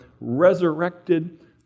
resurrected